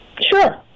Sure